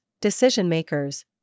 decision-makers